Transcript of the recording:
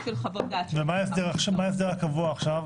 של חוות דעת --- ומה ההסדר הקבוע עכשיו?